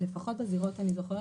לפחות אם אני זוכרת.